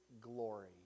glory